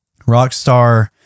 Rockstar